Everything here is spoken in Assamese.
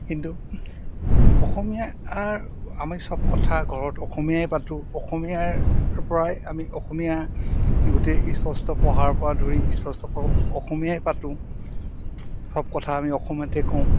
কিন্তু অসমীয়াৰ আমি চব কথা ঘৰত অসমীয়াই পাতোঁ অসমীয়াৰপৰাই আমি অসমীয়া গোটেই স্পষ্ট পঢ়াৰপৰা ধৰি স্পষ্ট অসমীয়াই পাতোঁ চব কথা আমি অসমীয়াতে কওঁ